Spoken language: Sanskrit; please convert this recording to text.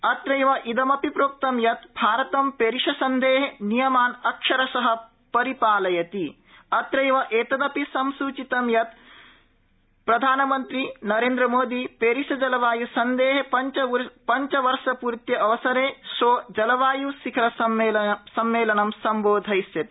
अत्रैव इदमपि प्रोक्तं यत् भारतं पेरिससन्धेः नियमान् अक्षरशः परिपालयति अत्रैव एतदपि संसूचितं यत् प्रधानमन्त्री नरेन्द्रमोदी पेरिसजलवाय्सन्धेः पञ्चवर्षपूर्ति अवसरे श्वो जलवायुशिखरसम्मेलनं सम्बोधयिष्यति